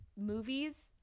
movies